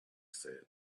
said